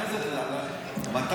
אחרי זה, רגע, דודי.